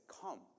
come